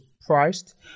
priced